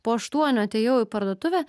po aštuonių atėjau į parduotuvę